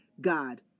God